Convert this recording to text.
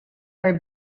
are